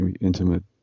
intimate